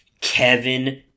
Kevin